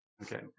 Okay